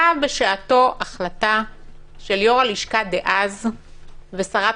הייתה בשעתו החלטה של יושב-ראש הלשכה דאז ושרת